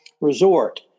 Resort